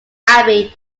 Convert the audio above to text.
abbey